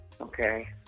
Okay